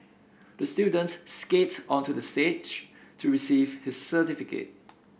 the student skated onto the stage to receive his certificate